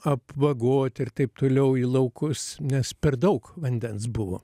apvagot ir taip toliau į laukus nes per daug vandens buvo